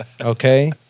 Okay